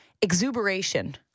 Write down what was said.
Exuberation